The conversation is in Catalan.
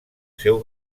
seu